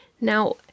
Now